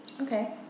Okay